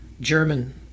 German